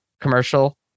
commercial